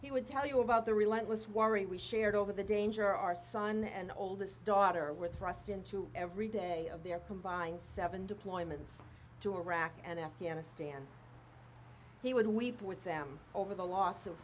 he would tell you about the relentless worry we shared over the danger our son and oldest daughter were thrust into every day of their combined seven deployments to iraq and afghanistan he would weep with them over the loss of